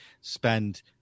spend